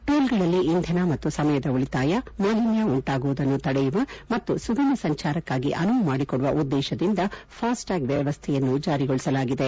ಟೋಲ್ಗಳಲ್ಲಿ ಇಂಧನ ಮತ್ತು ಸಮಯದ ಉಳಿತಾಯ ಮಾಲಿನ್ನ ಉಂಟಾಗುವುದನ್ನು ತಡೆಯುವ ಮತ್ತು ಸುಗಮ ಸಂಚಾರಕ್ಕಾಗಿ ಅನುವು ಮಾಡಿಕೊಡುವ ಉದ್ದೇಶದಿಂದ ಫಾಸ್ಟ್ಟ್ಯಾಗ್ ವ್ಯವಸ್ಥೆಯನ್ನು ಜಾರಿಗೊಳಿಸಲಾಗಿದೆ